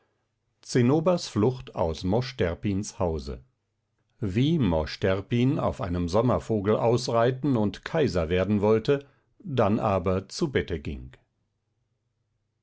zinnobers flucht aus mosch terpins hause wie mosch terpin auf einem sommervogel ausreiten und kaiser werden wollte dann aber zu bette ging